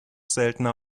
seltener